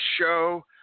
show